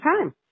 time